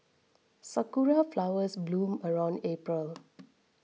sakura flowers bloom around April